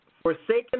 forsaken